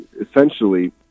essentially